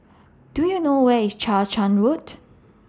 Do YOU know Where IS Chang Charn Road